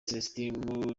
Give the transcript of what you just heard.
celestin